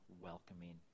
welcoming